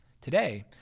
Today